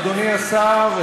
אדוני השר,